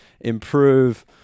improve